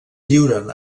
lliuren